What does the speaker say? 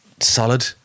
solid